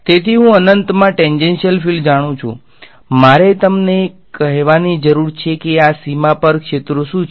તેથી હું અનંતમાં ટેન્જેન્શિયલ ફીલ્ડ્સ જાણું છું મારે તમને કહેવાની જરૂર છે કે આ સીમા પર ક્ષેત્રો શું છે